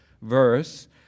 verse